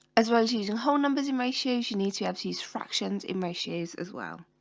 as well as using whole numbers in ratios you need to have these fractions in ratios as well